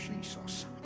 Jesus